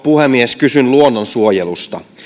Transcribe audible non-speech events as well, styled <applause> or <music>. <unintelligible> puhemies kysyn luonnonsuojelusta